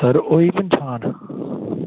sir होई पंछान